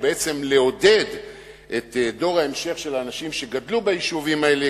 או בעצם לעודד את דור ההמשך שגדל ביישובים האלה,